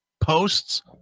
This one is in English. posts